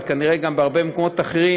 אבל כנראה גם בהרבה מקומות אחרים,